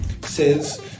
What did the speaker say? says